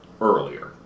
earlier